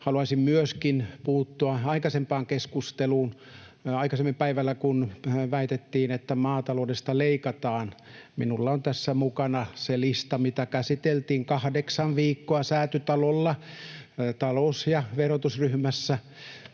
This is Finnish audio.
haluaisin myöskin puuttua aikaisempaan keskusteluun aikaisemmin päivällä, kun väitettiin, että maataloudesta leikataan. Minulla on tässä mukana se lista, mitä käsiteltiin kahdeksan viikkoa Säätytalolla talous- ja verotusryhmässä.